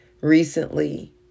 recently